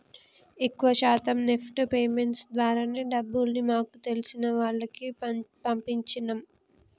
ఎక్కువ శాతం NEFT payments ద్వారానే డబ్బుల్ని మాకు తెలిసిన వాళ్లకి పంపించినం